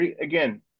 again